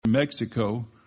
Mexico